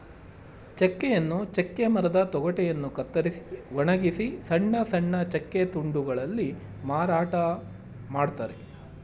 ಚೆಕ್ಕೆಯನ್ನು ಚೆಕ್ಕೆ ಮರದ ತೊಗಟೆಯನ್ನು ಕತ್ತರಿಸಿ ಒಣಗಿಸಿ ಸಣ್ಣ ಸಣ್ಣ ಚೆಕ್ಕೆ ತುಂಡುಗಳಲ್ಲಿ ಮಾರಾಟ ಮಾಡ್ತರೆ